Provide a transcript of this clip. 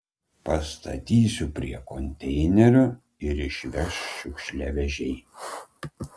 pastatysiu prie konteinerio ir išveš šiukšliavežiai